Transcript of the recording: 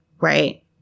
right